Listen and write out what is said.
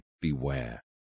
beware